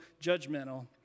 judgmental